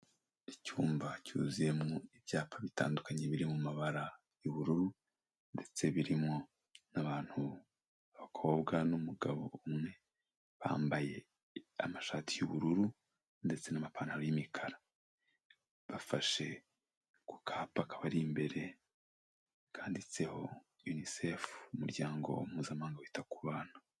Icyumba cyuzuyemo ibyapa bitandukanye biri mu mabara y'ubururu, ndetse birimo n'abantu, abakobwa n'umugabo umwe bambaye amashati y'ubururu ndetse n'amapantaro y'imikara, bafashe ku kapa kabari imbere kanditseho Unicef, umuryango mpuzamahanga wita ku bana.